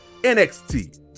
NXT